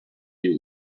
you